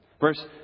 Verse